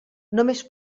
només